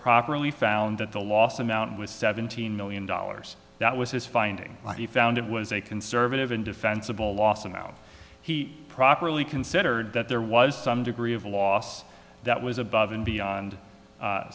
properly found that the loss amount was seventeen million dollars that was his finding he found it was a conservative and defensible law so now he properly considered that there was some degree of loss that was above and beyond